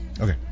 Okay